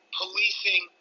policing